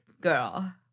girl